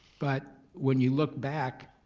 but when you look back,